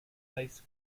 ice